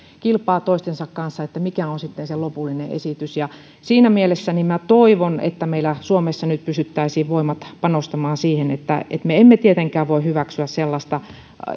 kilpaa toistensa kanssa siitä mikä on sitten se lopullinen esitys siinä mielessä minä toivon että meillä suomessa nyt pystyttäisiin voimat panostamaan siihen me emme tietenkään voi hyväksyä sellaista